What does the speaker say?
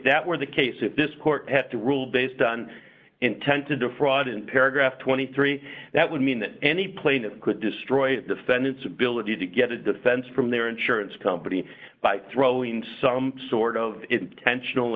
that were the case if this court had to rule based on intent to defraud in paragraph twenty three that would mean that any plaintiff could destroy the defendant's ability to get a defense from their insurance company by throwing some sort of intentional